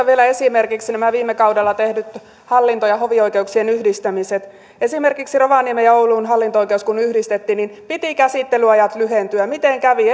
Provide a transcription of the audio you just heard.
vielä esimerkiksi nämä viime kaudella tehdyt hallinto ja hovioikeuksien yhdistämiset esimerkiksi kun rovaniemen ja oulun hallinto oikeus yhdistettiin niin piti käsittelyaikojen lyhentyä miten kävi